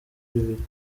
bibiri